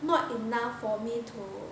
not enough for me to